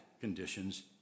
conditions